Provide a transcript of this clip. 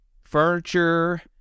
furniture